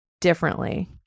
differently